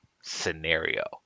scenario